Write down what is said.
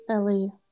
Ellie